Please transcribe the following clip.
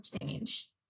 change